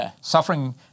Suffering